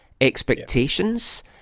expectations